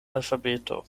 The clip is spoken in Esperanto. alfabeto